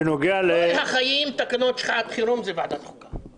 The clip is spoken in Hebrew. כל החיים, תקנות שעת חירום זה ועדת חוקה.